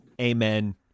Amen